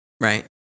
right